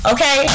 Okay